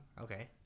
Okay